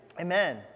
Amen